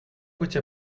быть